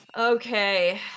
Okay